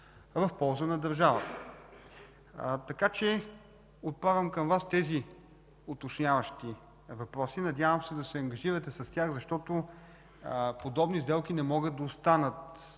в полза на държавата. Отправям към Вас тези уточняващи въпроси. Надявам се да се ангажирате с тях, защото подобни сделки не могат да останат